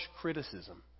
criticism